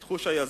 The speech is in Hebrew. את חוש היזמות,